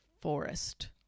forest